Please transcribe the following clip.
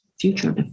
Future